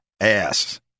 ass